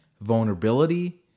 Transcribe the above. vulnerability